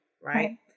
Right